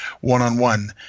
one-on-one